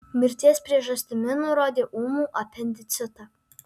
mirties priežastimi nurodė ūmų apendicitą